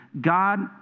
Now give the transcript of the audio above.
God